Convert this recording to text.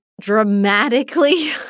dramatically